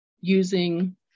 using